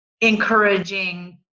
encouraging